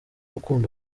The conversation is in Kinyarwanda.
ukunda